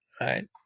right